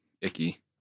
icky